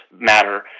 matter